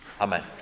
Amen